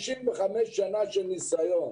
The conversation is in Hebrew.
55 שנה של ניסיון,